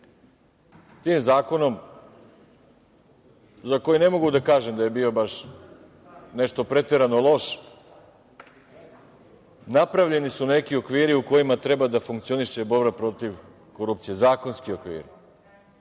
Tim zakonom, za koji ne mogu da kažem da je bio baš nešto preterano loš, napravljeni su neki okviri u kojima treba da funkcioniše borba protiv korupcije, zakonski okviri